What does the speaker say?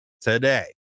today